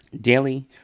Daily